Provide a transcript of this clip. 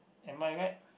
am I right